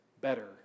better